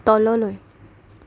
তললৈ